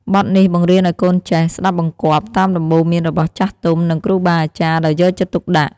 បទនេះបង្រៀនឲ្យកូនចេះ ស្ដាប់បង្គាប់ តាមដំបូន្មានរបស់ចាស់ទុំ និងគ្រូបាអាចារ្យដោយយកចិត្តទុកដាក់។